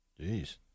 Jeez